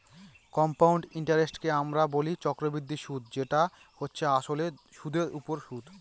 compound ইন্টারেস্টকে আমরা বলি চক্রবৃদ্ধি সুদ যেটা হচ্ছে আসলে সুধের ওপর সুদ